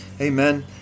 Amen